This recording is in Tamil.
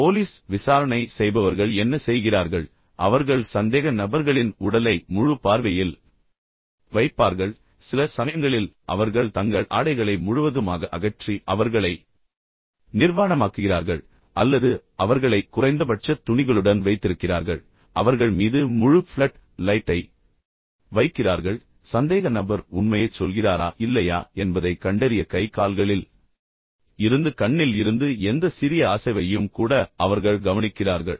எனவே போலீஸ் விசாரணை செய்பவர்கள் என்ன செய்கிறார்கள் அவர்கள் சந்தேக நபர்களின் உடலை முழு பார்வையில் வைப்பார்கள் சில சமயங்களில் அவர்கள் தங்கள் ஆடைகளை முழுவதுமாக அகற்றி அவர்களை நிர்வாணமாக்குகிறார்கள் அல்லது அவர்களை குறைந்தபட்ச துணிகளுடன் வைத்திருக்கிறார்கள் பின்னர் அவர்கள் மீது முழு ஃப்ளட் லைட்டை வைக்கிறார்கள் மேலும் சந்தேக நபர் உண்மையைச் சொல்கிறாரா இல்லையா என்பதைக் கண்டறிய கை கால்களில் இருந்து கண்ணில் இருந்து எந்த சிறிய அசைவையும் கூட அவர்கள் கவனிக்கிறார்கள்